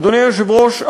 אדוני היושב-ראש,